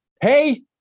hey